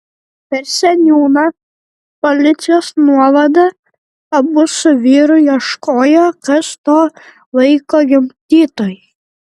per seniūną policijos nuovadą abu su vyru ieškojo kas to vaiko gimdytojai